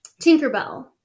Tinkerbell